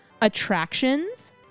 attractions